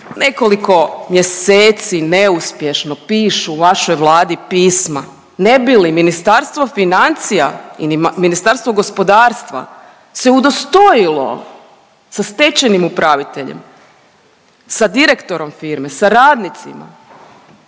nekoliko mjeseci neuspješno pišu vašoj Vladi pisma ne bi li Ministarstvo financija i Ministarstvo gospodarstva se udostojilo sa stečajnim upraviteljem, sa direktorom firme, sa radnicima,